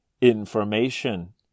information